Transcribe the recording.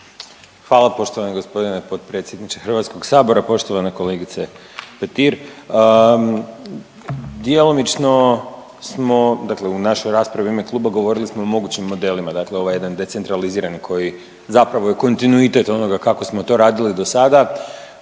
Hvala poštovani gospodine potpredsjedniče Hrvatskog sabora, poštovana kolegice Petir. Djelomično smo, dakle u našoj raspravi u ime kluba govorili smo o mogućim modelima. Dakle, ovo je jedan decentralizirani koji zapravo je kontinuitet onoga kako smo to radili do sada